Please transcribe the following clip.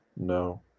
No